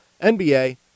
nba